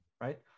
right